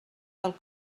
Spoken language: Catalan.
del